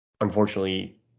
unfortunately